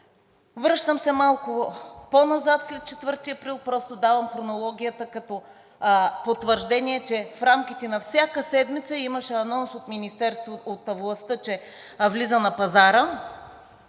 Връщам се малко по-назад след 4 април, просто давам хронологията като потвърждение, че в рамките на всяка седмица имаше анонс от властта, че влиза на пазара.